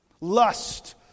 Lust